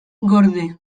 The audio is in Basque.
gorde